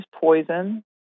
poison